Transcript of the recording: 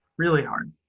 really hard.